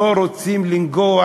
לא רוצים לנגוע